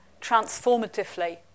transformatively